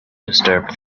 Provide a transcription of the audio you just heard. disturbed